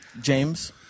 James